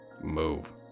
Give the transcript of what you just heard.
Move